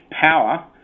power